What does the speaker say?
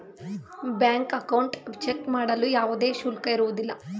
bank account check ಮಾಡಲು ಯಾವುದೇ ಶುಲ್ಕ ಇರುವುದಿಲ್ಲ